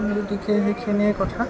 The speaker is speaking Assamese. গতিকে সেইখিনিয়ে কথা